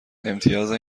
امتیاز